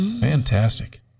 Fantastic